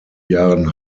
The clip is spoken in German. jahren